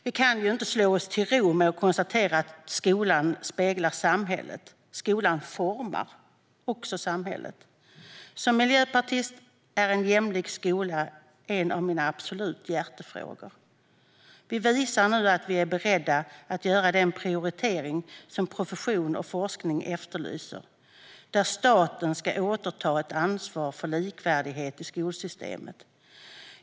Vi kan inte slå oss till ro med att konstatera att skolan speglar samhället. Skolan formar också samhället. Som miljöpartist har jag en jämlik skola som en av mina absoluta hjärtefrågor. Vi visar nu att vi är beredda att göra den prioritering som profession och forskning efterlyser, där staten ska återta ett ansvar för likvärdighet i skolsystemet.